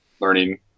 learning